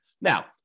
Now